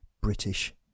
British